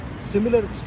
Similar